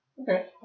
Okay